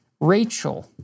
Rachel